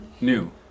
new